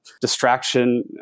distraction